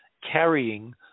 carrying